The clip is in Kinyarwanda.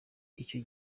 icyo